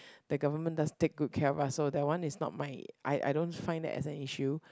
the government does take good care of us so that one is not mine I I don't find it as an issue